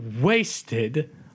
wasted